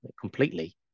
completely